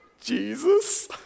Jesus